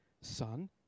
Son